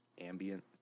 ambient